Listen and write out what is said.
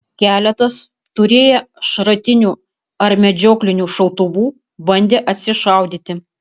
keletas turėję šratinių ar medžioklinių šautuvų bandė atsišaudyti